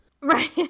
Right